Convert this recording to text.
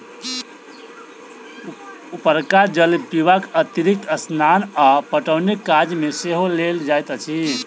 उपरका जल पीबाक अतिरिक्त स्नान आ पटौनीक काज मे सेहो लेल जाइत अछि